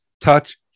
touch